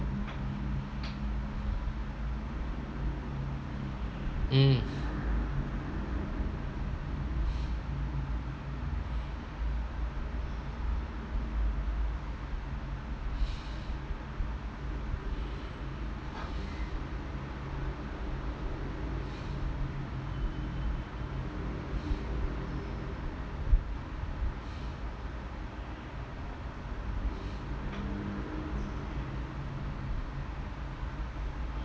mm